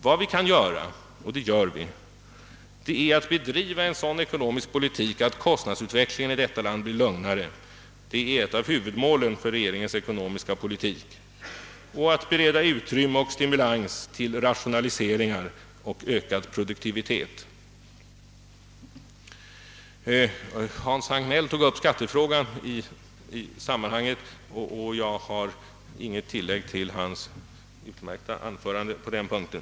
Vad vi kan göra, och det gör vi, är att bedriva en sådan ekonomisk politik att kostnadsutvecklingen i detta land blir lugnare — det är ett av huvudmålen för regeringens ekonomiska politik — och bereda utrymme och stimulans till rationaliseringar och ökad pro .duktivitet. Hans Hagnell tog upp skattefrågan i sammanhanget, och jag har ingenting att tillägga till hans utmärkta anförande på den punkten.